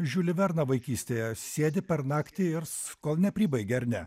žiulį verną vaikystėje sėdi per naktį ir s kol nepribaigi ar ne